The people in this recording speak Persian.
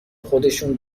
خودشون